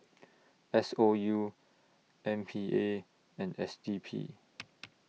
S O U M P A and S D P